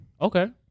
okay